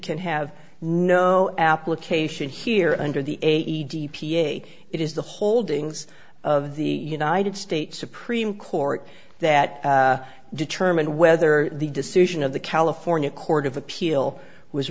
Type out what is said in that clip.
can have no application here under the d p a it is the holdings of the united states supreme court that determine whether the decision of the california court of appeal was